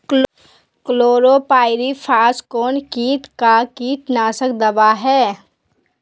Chlorpyrifos कौन किट का कीटनाशक दवा है?